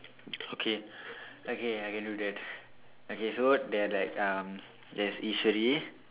okay okay I can do that okay so there are like um there's Eswari